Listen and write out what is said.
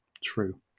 True